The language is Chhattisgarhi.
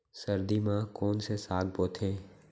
सर्दी मा कोन से साग बोथे?